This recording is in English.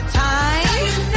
time